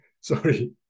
sorry